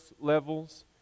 levels